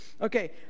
Okay